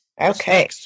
Okay